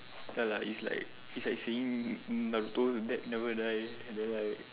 ya lah is like is like seeing Naruto's dad never die and then like